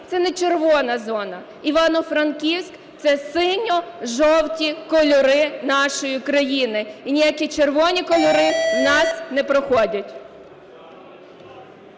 це не "червона" зона, Івано-Франківська – це синьо-жовті кольори нашої країни і ніякі червоні кольори в нас не проходять.